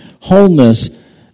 wholeness